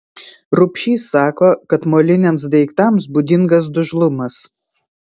rubšys sako kad moliniams daiktams būdingas dužlumas